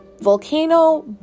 volcano